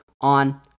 on